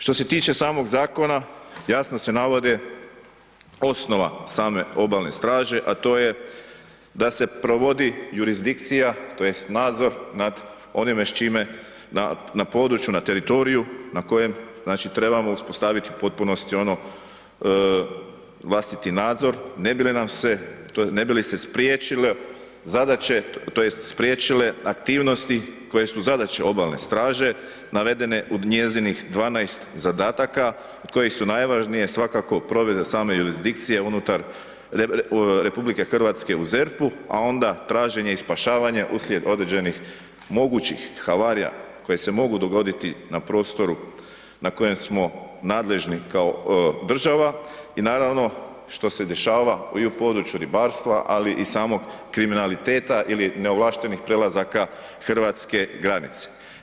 Što se tiče samog zakona, jasno se navode osnova same Obalne straže a to je da se provodi jurisdikcija tj. nadzor nad onime s čime na području, na teritoriju na kojem trebamo uspostaviti u potpunosti ono vlastiti nadzor ne bi li se spriječile zadaće tj. spriječile aktivnosti koje su za daće Obalne straže navedene u njezinih 12 zadataka od kojih su najvažnije svakako provedba same jurisdikcije unutar RH u ZERP-u a onda traženje i spašavanje uslijed određenih mogućih havarija koje se mogu dogoditi na prostoru na kojem smo nadležni kao država i naravno što se dešava i u području ribarstva ali i samog kriminaliteta ili neovlaštenih prelazaka hrvatske granice.